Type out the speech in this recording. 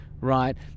right